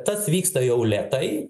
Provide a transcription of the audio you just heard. tas vyksta jau lėtai